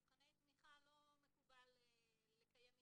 מבחני תמיכה לא מקובל לקיים התייעצויות.